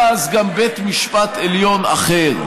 היה אז גם בית משפט עליון אחר.